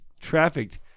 trafficked